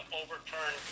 overturn